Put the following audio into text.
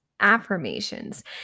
affirmations